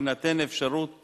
תינתן אפשרות